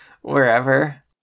wherever